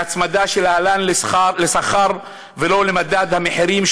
והצמדה שלהן לשכר ולא למדד המחירים,